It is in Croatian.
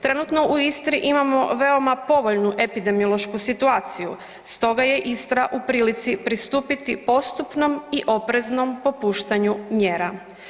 Trenutno u Istri imamo veoma povoljnu epidemiološku situaciju, stoga je Istra u prilici pristupiti postupnom i opreznom popuštanju mjera.